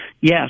yes